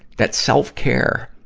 that self-care,